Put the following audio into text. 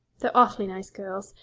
they're awfully nice girls,